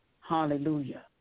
Hallelujah